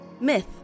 Myth